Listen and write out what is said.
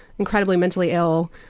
incredibly mentally ill.